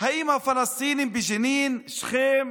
האם הפלסטינים בג'נין, שכם,